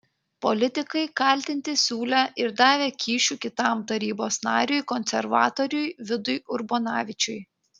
politikai kaltinti siūlę ir davę kyšių kitam tarybos nariui konservatoriui vidui urbonavičiui